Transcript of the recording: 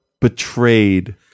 betrayed